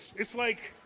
it's like